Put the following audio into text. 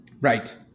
Right